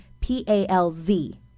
p-a-l-z